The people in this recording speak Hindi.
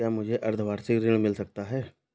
क्या मुझे अर्धवार्षिक ऋण मिल सकता है?